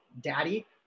daddy